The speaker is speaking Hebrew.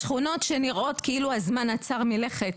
השכונות שנראות כאילו הזמן עצר מלכת.